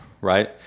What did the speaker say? right